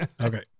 okay